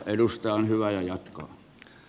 edusta on hyvä jatkaa